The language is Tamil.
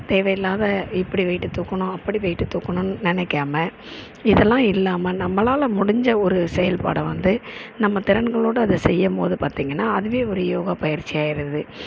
தேவையில்லாத இப்படி வெயிட்டு தூக்கணும் அப்படி வெயிட்டு தூக்கணுன்னு நினைக்காம இதெல்லாம் இல்லாமல் நம்மளால் முடிஞ்ச ஒரு செயல்பாடை வந்து நம்ம திறன்களோட அதை செய்யும் போது பார்த்தீங்கன்னா அதுவே ஒரு யோகா பயிற்சி ஆயிருது